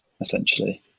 essentially